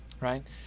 right